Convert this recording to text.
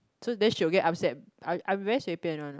so then she will get upset I I very 随便：shui bian one what